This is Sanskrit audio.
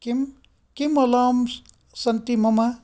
किं किम् अलार्म्स् सन्ति मम